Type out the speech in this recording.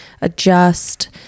adjust